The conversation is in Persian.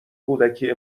کودکی